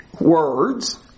words